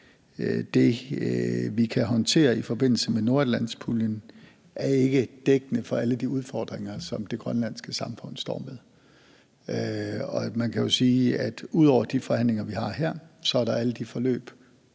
det, vi kan håndtere i forbindelse med nordatlantpuljen, ikke er dækkende for alle de udfordringer, som det grønlandske samfund står med. Man kan jo også sige, at der ud over de forhandlinger, vi har her, så er alle de forløb,